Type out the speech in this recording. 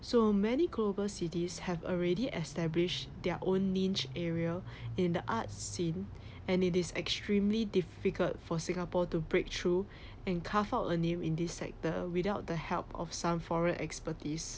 so many global cities have already established their own niche area in the art scene and it is extremely difficult for singapore to break through and carve out a name in this sector without the help of some foreign expertise